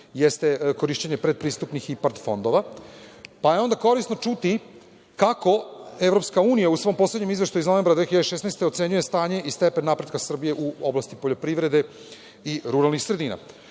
jeste korišćenje predpristupnih IPARD fondova. Korisno je čuti kako EU u svom poslednjem izveštaju iz novembra 2016. godine ocenjuje stanje i stepen napretka Srbije u oblasti poljoprivrede i ruralnih sredina.